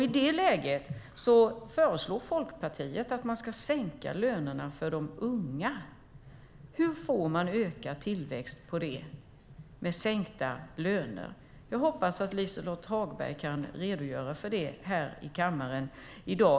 I det läget föreslår Folkpartiet att man ska sänka lönerna för de unga. Hur får man ökad tillväxt med sänkta löner? Jag hoppas att Liselott Hagberg kan redogöra för det här i kammaren i dag.